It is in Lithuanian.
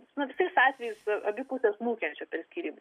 su visais atvejais abi pusės nukenčia per skyrybas